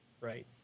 right